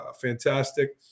fantastic